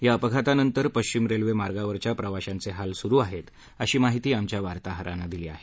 या अपघातानंतर पश्चिम रेल्वे मार्गावरच्या प्रवाशांचे हाल सुरू आहेत अशी माहिती आमच्या वार्ताहरांनं दिली आहे